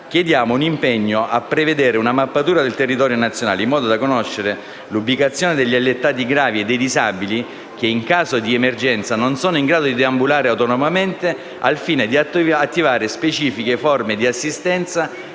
chiediamo un impegno a prevedere una mappatura del territorio nazionale, in modo da conoscere l'ubicazione degli allettati gravi e dei disabili che in caso di emergenza non sono in grado di deambulare autonomamente, al fine di attivare specifiche forme di assistenza